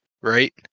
right